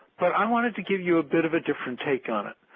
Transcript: but i wanted to give you a bit of a different take on it,